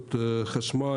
לדרישות חשמל,